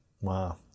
Wow